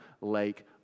lake